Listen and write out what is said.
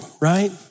right